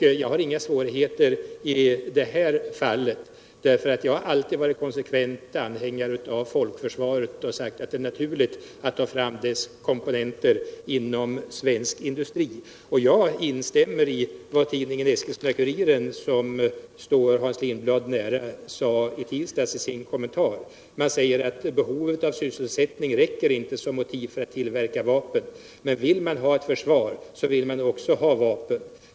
Jag har inga svårigheter i det här fallet, för jag har alltid varit anhängare av folkförsvaret och sagt att det är naturligt att ta fram dess materiel inom svensk industri. Jag instämmer i vad tidningen Eskilstuna-Kuriren, som står Hans Lindblad nära, skrev i tisdags i sin kommentar: ”Behovet av sysselsättning räcker inte som motiv för att tillverka vapen. Men vill man ha ett försvar så vill man också ha vapen.